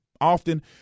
often